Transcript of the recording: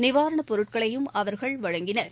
நிவாரணபொருட்களையும் அவர்கள் வழங்கினர்